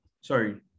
Sorry